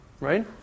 right